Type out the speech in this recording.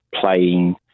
playing